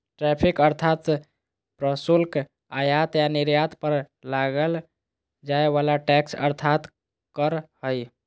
tariff अर्थात् प्रशुल्क आयात या निर्यात पर लगाल जाय वला टैक्स अर्थात् कर हइ